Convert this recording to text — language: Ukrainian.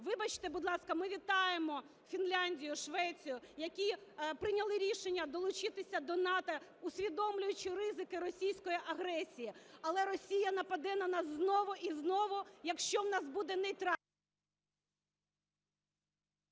Вибачте, будь ласка, ми вітаємо Фінляндію, Швецію, які прийняли рішення долучитися до НАТО, усвідомлюючи ризики російської агресії. Але Росія нападе на нас знову і знову, якщо в нас буде…